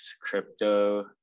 crypto